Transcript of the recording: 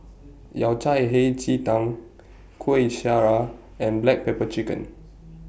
Yao Cai Hei Ji Tang Kuih Syara and Black Pepper Chicken